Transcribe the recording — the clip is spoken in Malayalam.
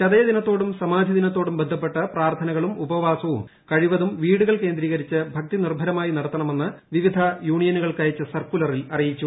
ചതയദ്ദിന്യത്തോടും സമാധി ദിനത്തോടും ബന്ധപ്പെട്ട് പ്രാർത്ഥനകളൂർ ഉപ്പ്പാസവും കഴിവതും വീടുകൾ കേന്ദ്രീകരിച്ച് ഭക്തിനിർഭ്യമായി നടത്തണമെന്ന് വിവിധ യൂണിയനുകൾക്ക് അയ്ച്ച് സർക്കുലറിൽ അറിയിച്ചു